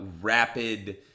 rapid